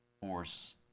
force